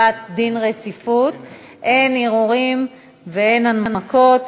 אין נמנעים ואין מתנגדים.